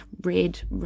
Red